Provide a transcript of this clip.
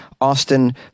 Austin